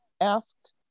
asked